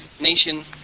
nation